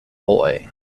boy